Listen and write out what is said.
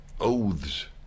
oaths